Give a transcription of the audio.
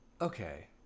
okay